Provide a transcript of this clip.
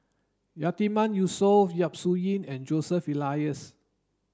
Yatiman Yusof Yap Su Yin and Joseph Elias